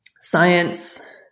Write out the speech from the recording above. science